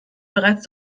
bereits